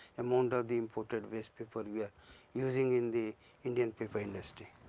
um ah and the imported waste paper we are using in the indian paper industry.